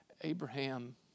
Abraham